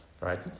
right